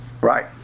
Right